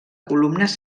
columnes